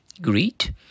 Greet